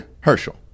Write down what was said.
Herschel